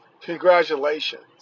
Congratulations